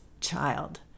child